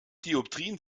dioptrien